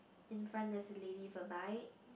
in front there's a lady with bike